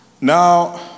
Now